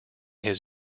his